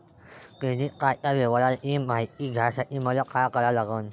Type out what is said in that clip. Credit कार्डाच्या व्यवहाराची मायती घ्यासाठी मले का करा लागन?